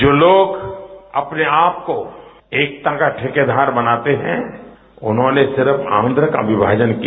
जो लोग अपने आप को एकता का ठेकेदार बताते हैं उन्होंने सिर्फ आंध्र का विभाजन किया